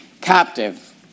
captive